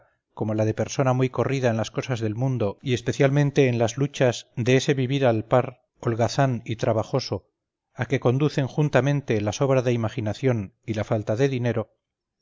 como la de persona muy corrida en las cosas del mundo y especialmente en las luchas de ese vivir al par holgazán y trabajoso a que conducen juntamente la sobra de imaginación y la falta de dinero